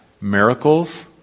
miracles